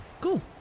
Cool